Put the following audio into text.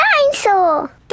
Dinosaur